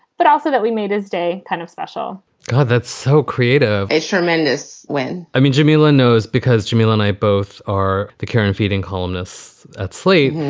but also that we made his day kind of special god, that's so creative. it's tremendous. when i mean, jameela knows because jimmy and i both are the care and feeding columnists at slate.